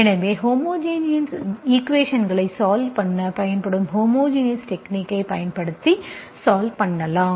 எனவே ஹோமோஜினஸ் ஈக்குவேஷன்ஸ்களை சால்வ் பண்ண பயன்படும் ஹோமோஜினஸ் டெக்நிக்கை பயன்படுத்தி சால்வ் பண்ணலாம்